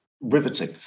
riveting